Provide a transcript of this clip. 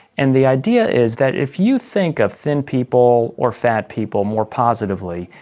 and the idea is that if you think of thin people or fat people more positively,